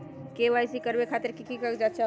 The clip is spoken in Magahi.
के.वाई.सी करवे खातीर के के कागजात चाहलु?